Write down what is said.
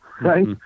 Right